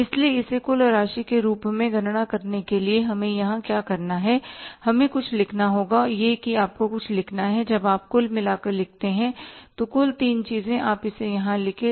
इसलिए इसे कुल राशि के रूप में गणना करने के लिए हमें यहां क्या करना है हमें कुछ लिखना होगा और यह कि आपको कुछ लिखना है जब आप कुल मिलाकर लिखते हैं तो कुल तीन चीजें आप इसे यहां लिखें